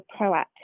proactive